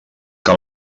que